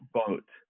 boat